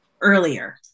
earlier